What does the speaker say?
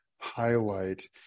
highlight